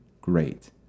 great